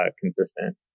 consistent